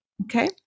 Okay